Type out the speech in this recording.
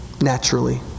Naturally